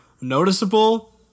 noticeable